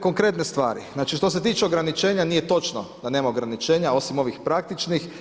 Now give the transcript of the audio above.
Konkretne stvari, znači što se tiče ograničenja, nije točno da nema ograničenja, osim ovih praktičnih.